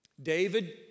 David